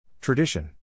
Tradition